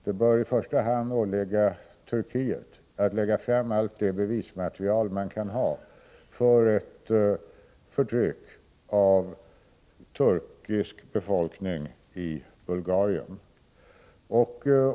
Det bör i första hand åligga Turkiet att lägga fram allt det bevismatieral man kan ha för ett förtryck av den turkiska befolkningen i Bulgarien.